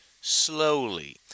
slowly